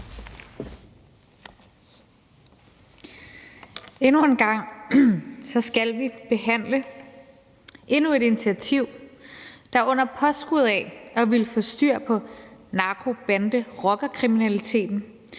Endnu en gang skal vi behandle endnu et initiativ, der under påskud af at ville få styr på narko-, bande- og rockerkriminaliteten